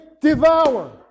devour